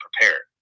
prepared